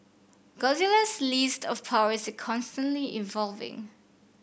Godzilla's list of powers are constantly evolving